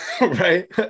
right